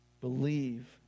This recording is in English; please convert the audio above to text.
Believe